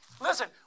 Listen